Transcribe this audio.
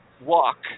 walk